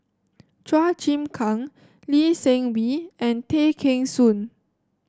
Chua Chim Kang Lee Seng Wee and Tay Kheng Soon